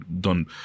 done